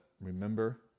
remember